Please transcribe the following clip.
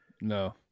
No